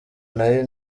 nayo